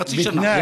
חצי שנה.